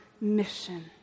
mission